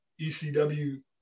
ECW